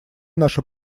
наша